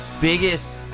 biggest